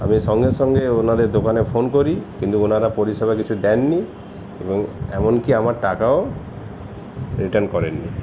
আমি সঙ্গে সঙ্গে ওনাদের দোকানে ফোন করি কিন্তু ওনারা পরিষেবা কিছু দেন নি এবং এমনকি আমার টাকাও রিটার্ন করেন নি